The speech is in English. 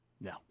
No